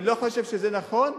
אני לא חושב שזה נכון,